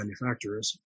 manufacturers